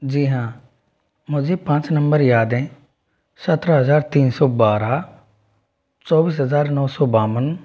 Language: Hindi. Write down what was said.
जी हाँ मुझे पाँच नंबर याद हैं सत्रह हजार तीन सौ बारह चौबीस हजार नौ सौ बावन